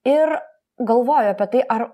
ir galvoju apie tai ar